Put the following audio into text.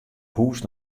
hûs